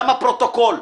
גם הפרוטוקול.